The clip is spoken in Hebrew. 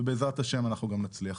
ובעזרת השם אנחנו גם נצליח.